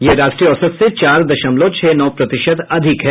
यह राष्ट्रीय औसत से चार दशमलव छह नौ प्रतिशत अधिक है